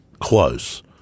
close